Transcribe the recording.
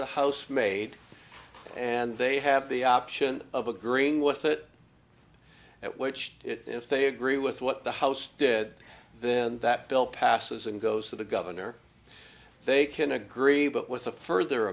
the house made and they have the option of agreeing with it at which if they agree with what the house did then that bill passes and goes to the governor they can agree but with a further